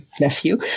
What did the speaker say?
nephew